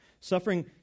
Suffering